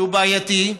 שהוא בעייתי,